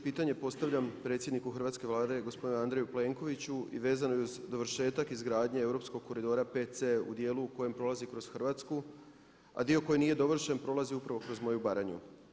Pitanje postavljam predsjedniku hrvatske Vlade, gospodinu Andreju Plenkoviću i vezano je uz dovršetak izgradnje europskog koridora 5C u dijelu u kojem prolazi kroz Hrvatsku a dio koji nije dovršen prolazi upravo kroz moju Baranju.